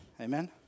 Amen